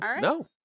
No